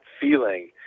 feeling